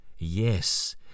Yes